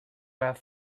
have